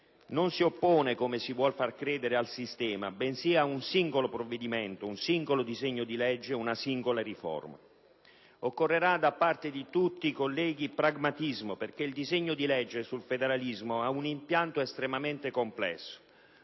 non si oppone, come si vuole far credere, al sistema, bensì ad un singolo provvedimento, ad un singolo disegno di legge, ad una singola riforma. Occorrerà da parte di tutti i colleghi pragmatismo, perché il disegno di legge sul federalismo ha un impianto estremamente complesso.